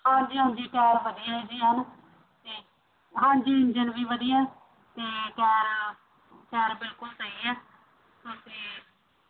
ਹਾਂਜੀ ਹਾਂਜੀ ਟਾਇਰ ਵਧੀਆ ਹੈ ਜੀ ਅਤੇ ਹਾਂਜੀ ਇੰਜਣ ਵੀ ਵਧੀਆ ਅਤੇ ਟਾਇਰ ਟਾਇਰ ਬਿਲਕੁਲ ਸਹੀ ਹੈ ਤੁਸੀਂ